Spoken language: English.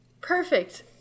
Perfect